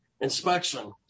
inspection